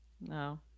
No